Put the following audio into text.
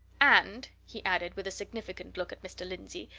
and, he added, with a significant look at mr. lindsey,